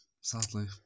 sadly